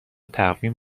تقویم